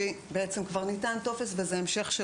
זה במקרים שכבר ניתן טופס וזה המשך של